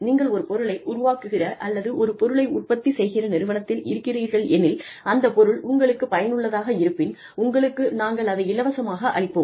நீங்கள் ஒரு பொருளை உருவாக்குகிற அல்லது ஒரு பொருளை உற்பத்தி செய்கிற நிறுவனத்தில் இருக்கிறீர்கள் எனில் அந்த பொருள் உங்களுக்குப் பயனுள்ளதாக இருப்பின் உங்களுக்கு நாங்கள் அதை இலவசமாக அளிப்போம்